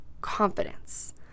confidence